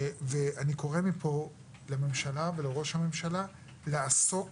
אני קורא פה לממשלה ולראש הממשלה לעסוק